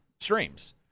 streams